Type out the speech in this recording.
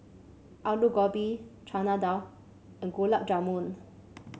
Alu Gobi Chana Dal and Gulab Jamun